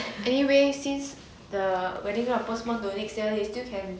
anyway since the wedding kind of postponed to next year you still can